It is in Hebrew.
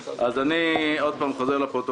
הרשימה הבאה שאני מביא לאישור יושב-ראש וחברי ועדת